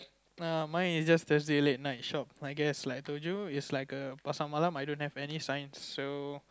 um my is just Thursday late night shop I guess like Dojo is like a Pasar-Malam I don't have any signs so